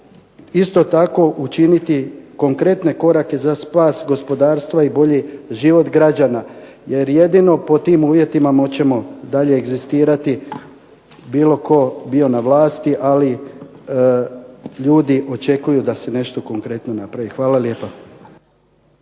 isto tako učiniti konkretne korake za spas gospodarstva i bolji život građana. Jer jedino pod tim uvjetima moći ćemo dalje egzistirati bilo tko bio na vlasti, ali ljudi očekuju da se nešto konkretno napravi. Hvala lijepa.